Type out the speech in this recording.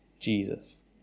Jesus